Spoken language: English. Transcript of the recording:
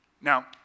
Now